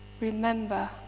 remember